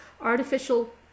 artificial